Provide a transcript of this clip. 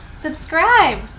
Subscribe